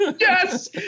yes